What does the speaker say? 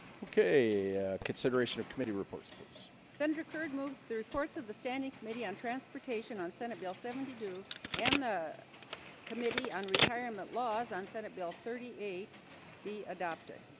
okay consideration of committee reports, please thunder curd moves the reports of the standing committee on transportation on senate bill seventy two and the committee on retirement laws on senate bill thirty eight be adopted